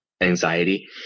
anxiety